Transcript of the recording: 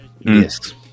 yes